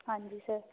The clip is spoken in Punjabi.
ਹਾਂਜੀ ਸਰ